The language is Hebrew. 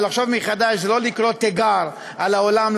ולחשוב מחדש זה לא לקרוא תיגר על העולם,